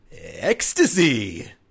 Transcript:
ecstasy